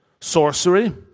sorcery